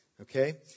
Okay